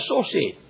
associate